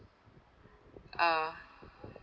ah